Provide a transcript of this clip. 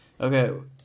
Okay